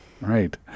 Right